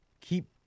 keep